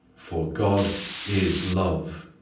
for god is love.